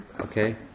Okay